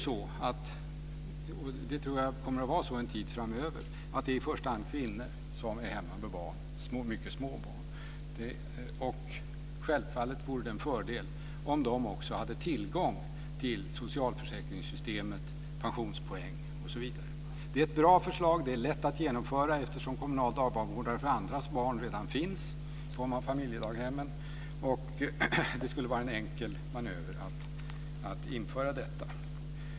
En tid framöver kommer det i första hand att vara kvinnor som är hemma med mycket små barn. Självfallet vore det en fördel om de också hade tillgång till socialförsäkringssystemet, pensionspoäng osv. Det är ett bra förslag. Det är lätt att genomföra eftersom kommunala dagbarnvårdare för andras barn redan finns i familjedaghemmen. Det skulle vara en enkel manöver att införa detta.